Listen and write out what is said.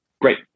Great